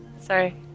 Sorry